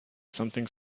something